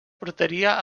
portaria